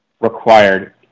required